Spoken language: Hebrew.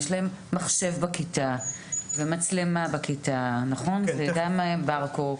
יש להם מחשב בכיתה ומצלמה בכיתה וגם ברקו.